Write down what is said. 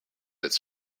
its